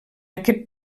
aquest